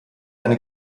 eine